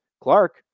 Clark